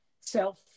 self